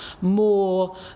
more